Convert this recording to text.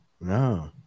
no